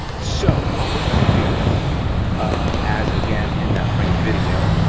so, what we're gonna do as, again, in that frame video,